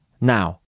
now